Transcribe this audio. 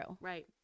Right